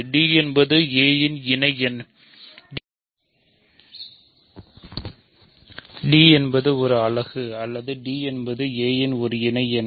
d என்பது ஒரு அலகு அல்லது d என்பது ஒரு a யின் இணை எண்